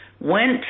went